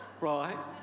right